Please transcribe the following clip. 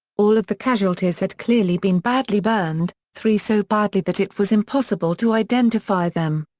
all of the casualties had clearly been badly burned, three so badly that it was impossible to identify them.